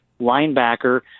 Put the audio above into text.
linebacker